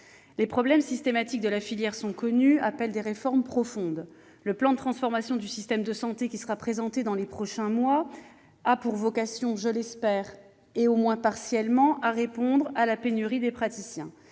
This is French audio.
Les problèmes systémiques de la filière sont connus et appellent des réformes profondes. Le plan de transformation du système de santé qui sera présenté dans les prochains mois a au moins partiellement vocation, je l'espère, à répondre à la pénurie de praticiens.